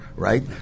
Right